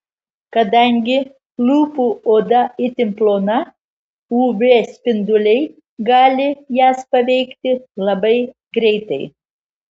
kadangi lūpų oda itin plona uv spinduliai gali jas paveikti labai greitai